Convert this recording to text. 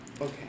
Okay